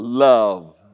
love